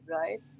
right